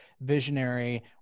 visionary